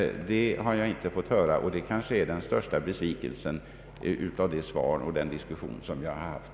Det har jag inte fått höra. Detta är kanske den största besvikelsen med anledning av det svar som jag har fått och den diskussion som vi har fört.